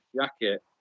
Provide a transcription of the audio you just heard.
jacket